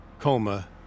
coma